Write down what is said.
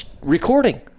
recording